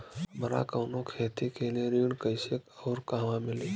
हमरा कवनो खेती के लिये ऋण कइसे अउर कहवा मिली?